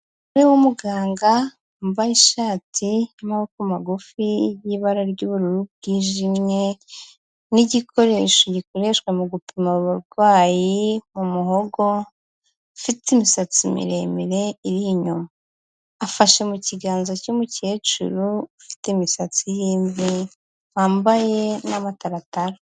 Umugore w'umuganga wambaye ishati y'amaboko magufi y'ibara ry'ubururu bwijimye n'igikoresho gikoreshwa mu gupima abarwayi mu muhogo, ufite imisatsi miremire iri inyuma. Afashe mu kiganza cy'umukecuru ufite imisatsi y'imvi wambaye n'amataratara.